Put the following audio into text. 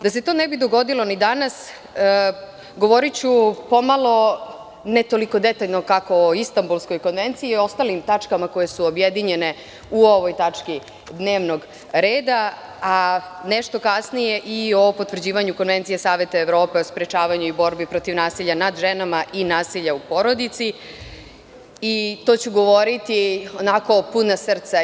Da se to ne bi dogodilo i danas, govoriću pomalo, ne toliko detaljno kao o Istanbulskoj konvenciji, i o ostalim tačkama koje su objedinjene u ovoj tački dnevnog reda, a nešto kasnije i o potvrđivanju Konvencije Saveta Evrope o sprečavanju i borbi protiv nasilja nad ženama i nasilja u porodici i to ću govoriti onako puna srca.